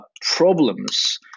problems